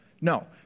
No